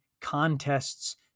contests